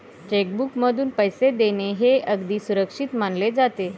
check बुकमधून पैसे देणे हे अगदी सुरक्षित मानले जाते